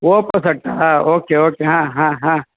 Oppo ಸಟ್ಟಾ okay okay ಹಾಂ ಹಾಂ ಹಾಂ